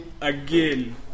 again